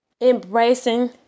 embracing